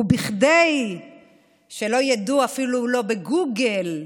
כדי שלא ידעו, אפילו לא בגוגל,